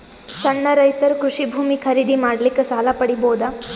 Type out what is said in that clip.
ಸಣ್ಣ ರೈತರು ಕೃಷಿ ಭೂಮಿ ಖರೀದಿ ಮಾಡ್ಲಿಕ್ಕ ಸಾಲ ಪಡಿಬೋದ?